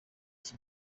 iki